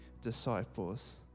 disciples